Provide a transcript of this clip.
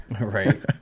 Right